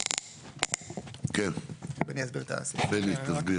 כן, בני, תסביר.